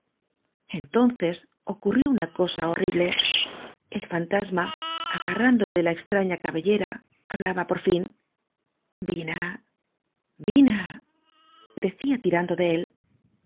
entonces ocurrió una cosa horrible el fan tasma agarrándole de la extraña cabellera ha blaba por fin vine vinedecía tirando de él